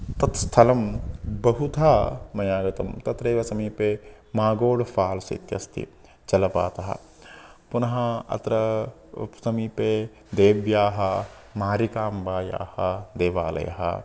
तत् स्थलं बहुधा मया गतं तत्रैव समीपे मागोड् फ़ाल्स् इत्यस्ति जलपातः पुनः अत्र समीपे देव्याः मारिकाम्बायाः देवालयः